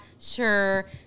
sure